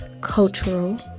cultural